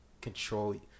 control